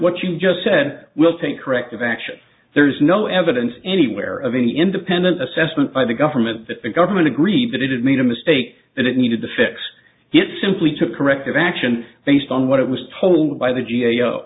what you just said will take corrective action there is no evidence anywhere of any independent assessment by the government that the government agreed that it had made a mistake that it needed to fix it simply took corrective action based on what it was told by the g a o